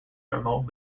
remote